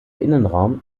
innenraum